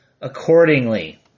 accordingly